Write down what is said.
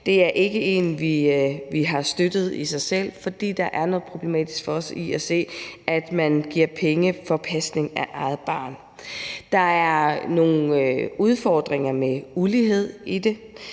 Det er ikke en, vi støtter i sig selv, for der er for os at se noget problematisk i, at man giver penge for pasning af eget barn. Der er nogle udfordringer med ulighed i det.